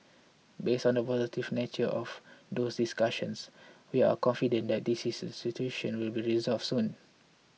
based on the positive nature of those discussions we are confident that this situation will be resolved soon